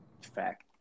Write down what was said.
fact